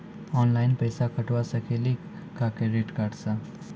Online पैसा कटवा सकेली का क्रेडिट कार्ड सा?